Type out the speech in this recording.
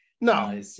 No